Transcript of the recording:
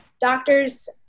Doctors